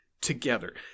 together